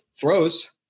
throws